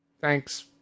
Thanks